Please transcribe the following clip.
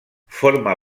forma